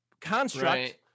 construct